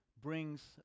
brings